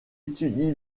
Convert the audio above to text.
étudie